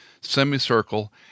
semicircle